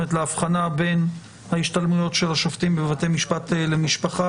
להבחנה בין ההשתלמויות של השופטים בבתי משפט למשפחה